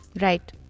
Right